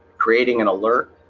creating an alert